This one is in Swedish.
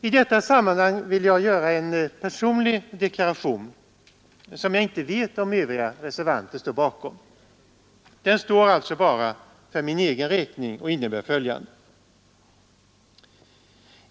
I detta sammanhang vill jag göra en personlig deklaration, som jag inte vet om övriga reservanter ställer sig bakom. Den står alltså bara för min egen räkning och innebär följande.